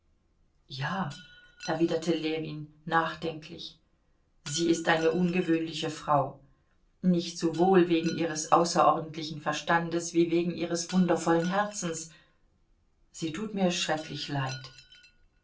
ja erwiderte ljewin nachdenklich sie ist eine ungewöhnliche frau nicht sowohl wegen ihres außerordentlichen verstandes wie wegen ihres wundervollen herzens sie tut mir schrecklich leid